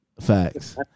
Facts